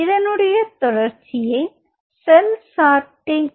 இதனுடைய தொடர்ச்சியை செல் சார்ட்டிங்